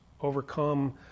overcome